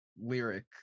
lyric